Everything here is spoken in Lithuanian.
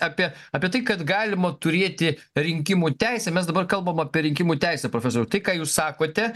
apie apie tai kad galima turėti rinkimų teisę mes dabar kalbam apie rinkimų teisę profesoriau tai ką jūs sakote